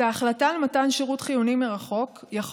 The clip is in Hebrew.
את ההחלטה על מתן שירות חיוני מרחוק יכול